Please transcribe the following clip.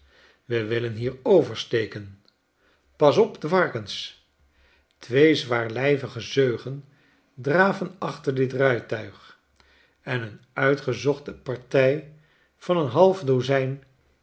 we willen hier oversteken pas op de varkens twee zwaarlijvige zeugen draven achter dit rijtuig en een uitgezochte partij van een half dozijn